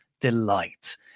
delight